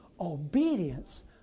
obedience